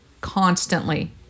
constantly